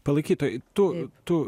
palaikytojai tu tu